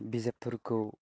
बिजाबफोरखौ